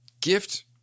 gift